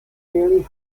fairly